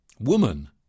woman